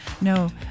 No